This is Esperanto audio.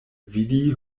vidi